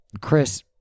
Chris